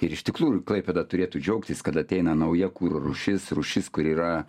ir iš tikrųjų klaipėda turėtų džiaugtis kad ateina nauja kuro rūšis rūšis kuri yra